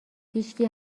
هیچکی